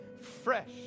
fresh